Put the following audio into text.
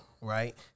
right